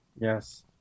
Yes